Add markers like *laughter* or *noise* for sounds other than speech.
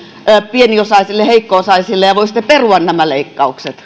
pieniosaisille heikko osaisille ja voisitteko perua nämä leikkaukset *unintelligible*